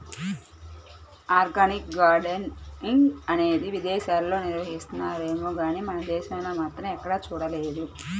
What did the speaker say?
organic gardening అనేది విదేశాల్లో నిర్వహిస్తున్నారేమో గానీ మన దేశంలో మాత్రం ఎక్కడా చూడలేదు